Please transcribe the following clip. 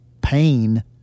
pain